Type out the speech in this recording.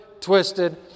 twisted